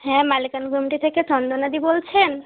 হ্যাঁ মালেকানঘুমটি থেকে চন্দনাদি বলছেন